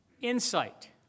insight